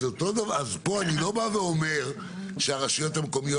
אז פה אני לא אומר שהרשויות המקומיות